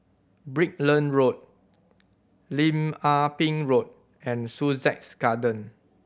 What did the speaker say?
Brickland Road Lim Ah Pin Road and Sussex Garden